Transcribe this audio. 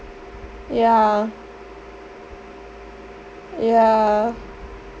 yeah yeah